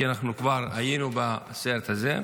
כי אנחנו כבר היינו בסרט הזה.